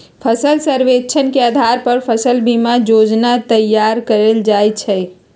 फसल सर्वेक्षण के अधार पर फसल बीमा जोजना तइयार कएल जाइ छइ